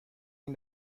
این